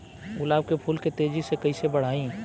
गुलाब के फूल के तेजी से कइसे बढ़ाई?